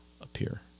appear